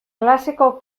klaseko